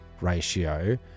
ratio